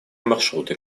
маршруты